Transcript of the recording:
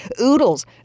oodles